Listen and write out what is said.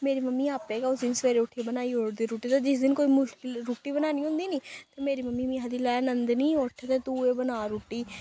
मेरी मम्मी आपै गै उस दिन सबेरे उट्ठियै बनाई ओड़दी रुट्टी ते जिस्स दिन कोई मुश्किल रुट्टी बनानी होंदी निं ते मेरी मम्मी मी आखदी लै नंदनी उट्ठ ते तू गै बना रुट्टी ते